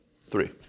Three